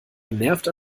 genervt